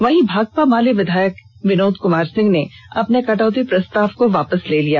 वहीं भाकपा माले विधायक विनोद कुमार सिंह ने अपने कटौती प्रस्ताव को वापस ले लिया